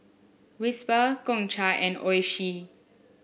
Whisper Gongcha and Oishi